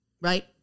right